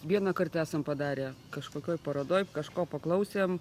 vienąkart esam padarę kažkokioj parodoj kažko paklausėm